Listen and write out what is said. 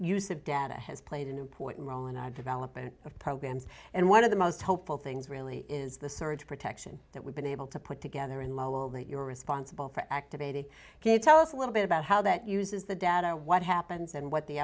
use of data has played an important role and i development of programs and one of the most hopeful things really is the surge protection that we've been able to put together in my will that you were responsible for activated ok tell us a little bit about how that uses the data what happens and what the